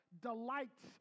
delights